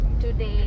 today